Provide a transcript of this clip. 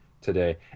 today